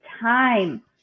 time